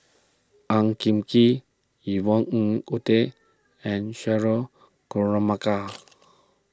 Ang Kee Yvonne Ng Uhde and Cheryl